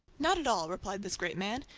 not at all, replied this great man,